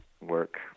work